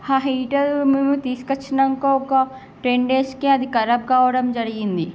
ఆ హీటర్ మేము తీసుకువచ్చినాక ఒక టెన్ డేస్కే అది ఖరాబు కావడం జరిగింది